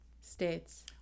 states